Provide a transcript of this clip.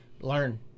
learn